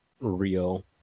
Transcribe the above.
real